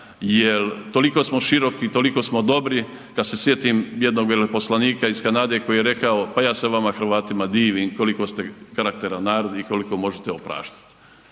jel toliko smo široki, toliko smo dobri. Kad se sjetim jednog veleposlanika iz Kanade koji je rekao pa ja se vama Hrvatima divim koliko ste karakteran narod i koliko možete opraštati.